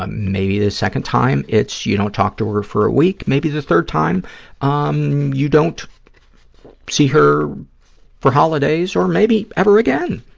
ah maybe the second time it's you don't talk to her for a week. maybe the third time um you don't see her for holidays or maybe ever again.